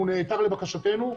הוא נעתר לבקשתנו.